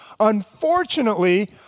unfortunately